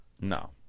No